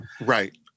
Right